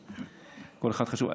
כל אחד חשוב.